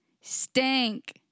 Stink